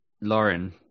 Lauren